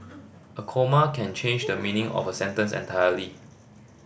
a comma can change the meaning of a sentence entirely